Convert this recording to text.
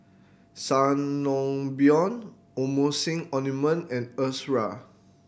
Sangobion Emulsying Ointment and Ezerra